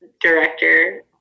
director